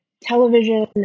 television